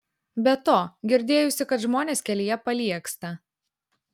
be to girdėjusi kad žmonės kelyje paliegsta